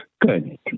Good